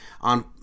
on